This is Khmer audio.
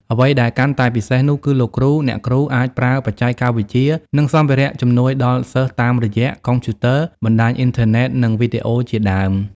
អ្វីដែលកាន់តែពិសេសនោះគឺលោកគ្រូអ្នកគ្រូអាចប្រើបច្ចេកវិទ្យា និងសម្ភារៈជំនួយដល់សិស្សតាមរយៈ កុំព្យូទ័រ បណ្ដាញអុីនធឺណេតនិងវីដេអូជាដើម។